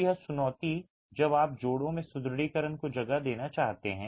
तो यह चुनौती है जब आप जोड़ों में सुदृढीकरण को जगह देना चाहते हैं